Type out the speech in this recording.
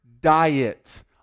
diet